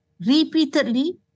repeatedly